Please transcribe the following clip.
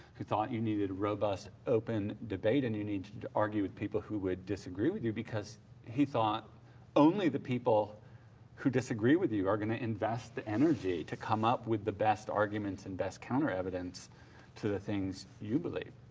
who thought you needed robust open debate and you needed to argue with people who would disagree with you because he thought only the people who disagree with you are gonna invest energy to come up with the best arguments and best counterevidence to the things you believe.